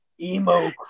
Emo